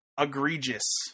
egregious